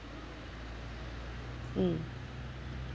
mm